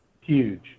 Huge